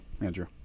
Andrew